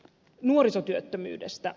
nuorisotyöttömyydestä